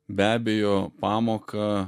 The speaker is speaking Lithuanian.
be abejo pamoką